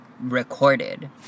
recorded